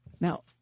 Now